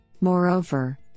Moreover